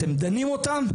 אתם דנים אותם